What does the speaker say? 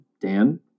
Dan